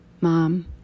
mom